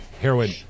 Heroin